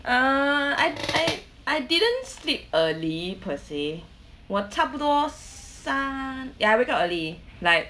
err I I I didn't sleep early per say 我差不多三 ya I wake up early like